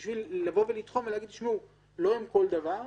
בשביל לבוא ולתחום ולהגיד: תשמעו, לא עם כל דבר,